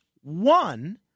One